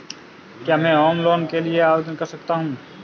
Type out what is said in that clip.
क्या मैं home loan के लिए आवेदन कर सकता हूं?